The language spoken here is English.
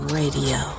radio